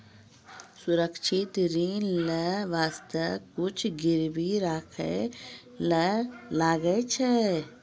सुरक्षित ऋण लेय बासते कुछु गिरबी राखै ले लागै छै